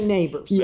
neighbors. yeah